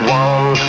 one